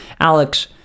Alex